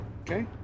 Okay